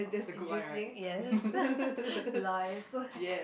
interesting yes lies